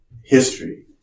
history